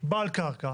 בעל קרקע